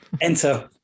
Enter